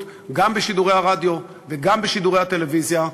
גם בשידורי הרדיו וגם בשידורי הטלוויזיה,